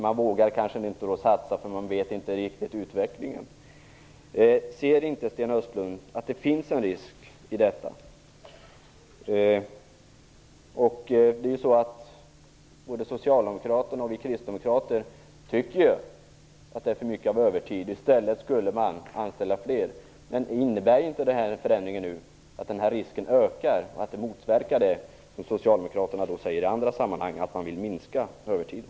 Man vågar kanske inte satsa mer på nyanställning, eftersom man inte är säker på utvecklingen. Ser inte Sten Östlund att det finns en risk i detta? Både socialdemokraterna och vi kristdemokrater tycker att det förekommer för mycket övertidsarbete. I stället borde man anställa fler. Innebär inte den nu föreslagna förändringen att det blir ökad risk för att en minskning av övertiden motverkas? I andra sammanhang säger socialdemokraterna att de vill minska på övertiden.